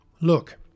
Look